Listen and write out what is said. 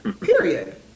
Period